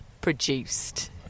produced